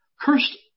Cursed